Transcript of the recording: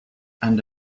and